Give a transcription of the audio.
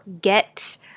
get